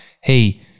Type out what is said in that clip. hey